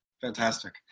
Fantastic